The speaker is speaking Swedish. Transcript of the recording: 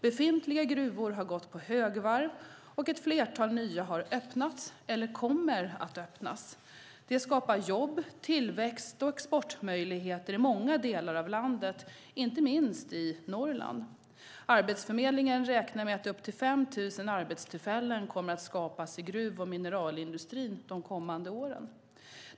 Befintliga gruvor har gått på högvarv och ett flertal nya har öppnats eller kommer att öppnas. Detta skapar jobb, tillväxt och exportmöjligheter i många delar av landet, inte minst i Norrland. Arbetsförmedlingen räknar med att upp till 5 000 arbetstillfällen kommer att skapas i gruv och mineralindustrin de kommande åren.